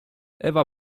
ewa